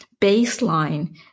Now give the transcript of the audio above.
baseline